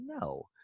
no